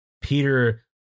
Peter